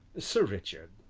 sir richard,